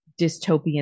dystopian